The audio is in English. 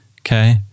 Okay